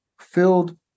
filled